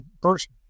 person